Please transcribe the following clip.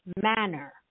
manner